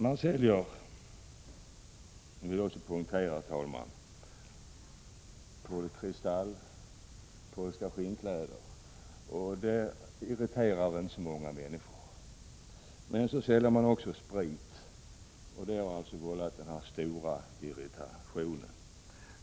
Jag vill poängtera, herr talman, att man säljer polsk kristall och polska skinnkläder, vilket inte irriterar så många människor. Men man säljer också sprit och det har vållat denna stora irritation.